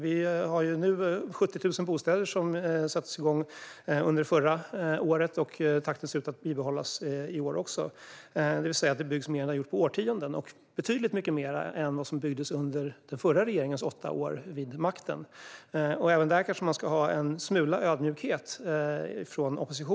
Man satte igång byggandet av 70 000 bostäder under förra året, och den takten ser ut att bibehållas i år. Det byggs mer nu än vad det byggts på årtionden och betydligt mer än under den förra regeringens åtta år vid makten. Även där kanske oppositionen ska visa en smula ödmjukhet.